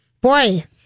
boy